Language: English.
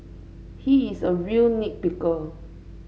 he is a real nit picker